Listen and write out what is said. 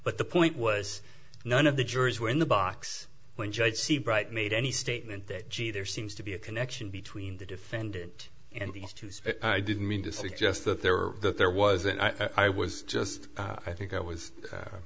but the point was none of the jurors were in the box when judge seabright made any statement that gee there seems to be a connection between the defendant and these two so i didn't mean to suggest that there are there was and i was just i think i was